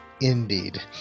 Indeed